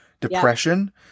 depression